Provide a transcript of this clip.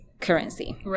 currency